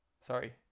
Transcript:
Sorry